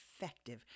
effective